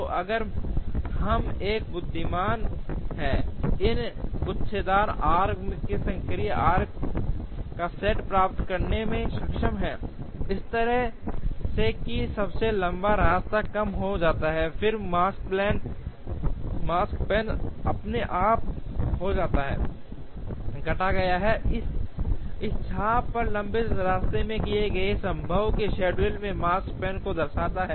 तो अगर हम एक बुद्धिमान में इन गुच्छेदार आर्क्स से सक्रिय आर्क्स का सेट प्राप्त करने में सक्षम हैं इस तरह से कि सबसे लंबा रास्ता कम हो जाता है फिर माकस्पैन अपने आप हो जाता है घटाया गया इस चाप पर सबसे लंबा रास्ता किसी दिए गए संभव शेड्यूल के Makespan को दर्शाता है